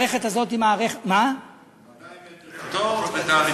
200 מטרים פטור ותעריפים,